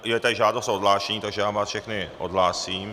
Je tady žádost o odhlášení, takže vás všechny odhlásím.